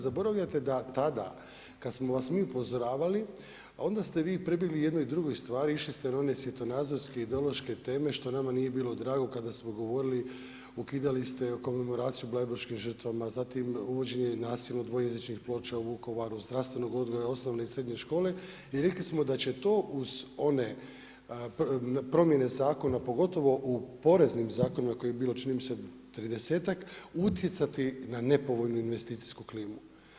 Zaboravljate da tada, kada smo vas mi upozoravali, onda ste vi prebjegli jednoj drugoj stvari, išli ste na one svjetonazorske, ideološke teme što nama nije bilo drago kada smo govorili, ukidali ste komemoraciju bleiburškim žrtvama, zatim uvođenje nasilno dvojezičnih ploča u Vukovaru, zdravstvenog odgoja osnovne i srednje škole i rekli smo da će to uz one promjene zakona pogotovo u poreznim zakonima kojih je bilo čini mi se 30-ak utjecati na nepovoljnu investicijsku klimu.